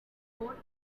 fort